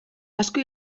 asko